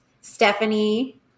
Stephanie